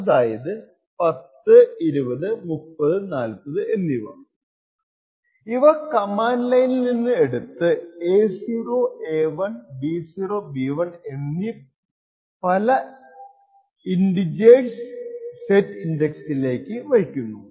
അതായത് 10 20 30 40 എന്നിവ കമാൻഡ് ലൈനിൽ നിന്ന് എടുത്ത് A0 A1 B0 B1എന്നീ പല ഇന്റിജേഴ്സ് സെറ്റ് ഇന്ഡക്സിലേക്ക് വയ്ക്കുന്നു